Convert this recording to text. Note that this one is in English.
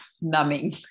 numbing